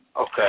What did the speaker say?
Okay